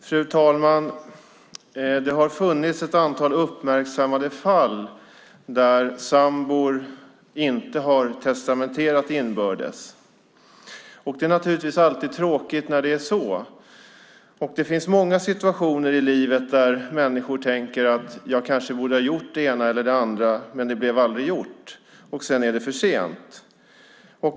Fru talman! Det har funnits ett antal uppmärksammade fall där sambor inte har testamenterat inbördes. Det är naturligtvis alltid tråkigt när det är så. Det finns många situationer i livet där människor tänker: Jag kanske borde ha gjort det ena eller det andra, men det blev aldrig gjort. Sedan är det för sent.